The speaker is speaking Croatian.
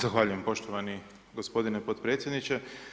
Zahvaljujem poštovani gospodine potpredsjedniče.